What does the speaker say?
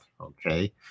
Okay